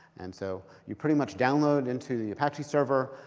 and so you pretty much download into the apache server,